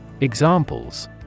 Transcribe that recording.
Examples